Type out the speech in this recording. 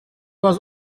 was